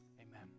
amen